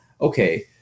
okay